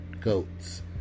goats